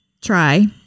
try